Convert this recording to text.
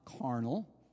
carnal